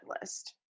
list